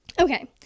okay